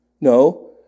No